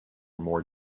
more